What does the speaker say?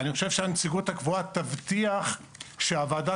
אני חושב שהנציגות הקבועה תבטיח שהוועדה